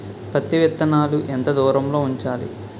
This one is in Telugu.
పత్తి విత్తనాలు ఎంత దూరంలో ఉంచాలి?